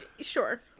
Sure